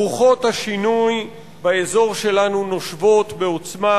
רוחות השינוי באזור שלנו נושבות בעוצמה,